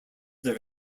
their